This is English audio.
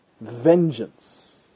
vengeance